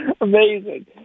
Amazing